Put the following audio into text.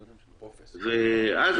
ואז,